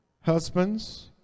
Husbands